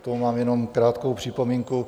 K tomu mám jenom krátkou připomínku.